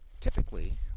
Typically